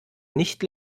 nicht